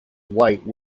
white